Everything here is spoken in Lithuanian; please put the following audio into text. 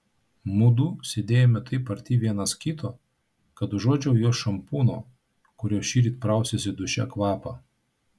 mudu sėdėjome taip arti vienas kito kad užuodžiau jos šampūno kuriuo šįryt prausėsi duše kvapą